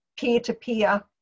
peer-to-peer